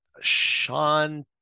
Sean